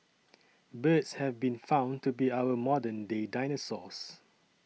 birds have been found to be our modern day dinosaurs